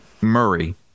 Murray